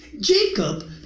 jacob